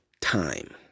time